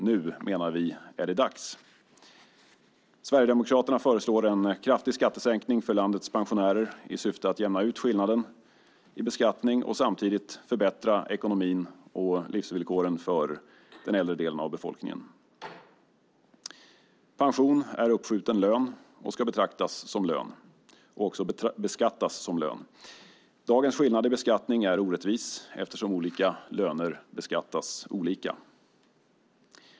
Nu är det dags. Sverigedemokraterna föreslår en kraftig skattesänkning för landets pensionärer i syfte att jämna ut skillnaden i beskattning och samtidigt förbättra ekonomin och livsvillkoren för den äldre delen av befolkningen. Pension är uppskjuten lön och ska beskattas som lön. Dagens skillnad i beskattning är orättvis eftersom olika löner beskattas olika.